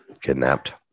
kidnapped